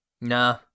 Nah